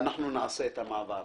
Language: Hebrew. ואנחנו נעשה את המעבר.